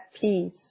peace